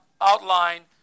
outline